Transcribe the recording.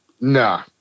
nah